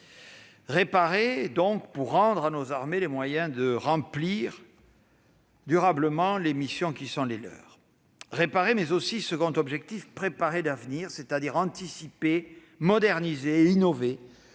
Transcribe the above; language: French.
réparer pour rendre à nos armées les moyens de remplir durablement les missions qui sont les leurs. Le second objectif consistait à préparer l'avenir, c'est-à-dire à anticiper, moderniser et innover,